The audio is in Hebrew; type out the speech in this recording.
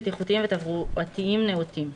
בטיחותיים ותברואתיים נאותים.